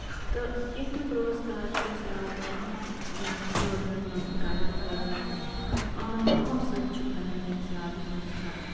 تہٕ ییٚتیُک روزگار چھُ زیادٕ یہِ یِمن سٲلرَن ہُنٛد گایِڈ کَرُن یِمَن یِمَن سۭتۍ چھُ بَنان ییٚتہِ زیٛادٕ روزگار